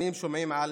שנים שומעים על